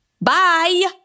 bye